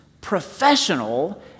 professional